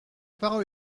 parole